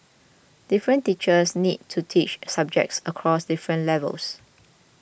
different teachers need to teach subjects across different levels